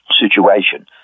situation